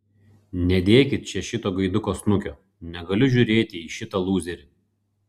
nedėkit čia šito gaiduko snukio negaliu žiūrėti į šitą lūzerį